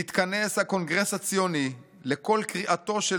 נתכנס הקונגרס הציוני לקול קריאתו של